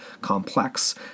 complex